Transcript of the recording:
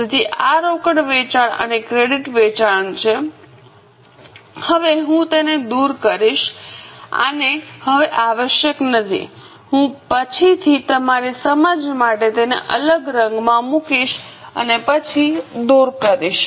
તેથી આ રોકડ વેચાણ અને ક્રેડિટ વેચાણ છે હવે હું તેને દૂર કરીશ આને હવે આવશ્યક નથી હું પછીથી તમારી સમજ માટે તેને અલગ રંગમાં મૂકીશઅને પછી દૂર કરીશ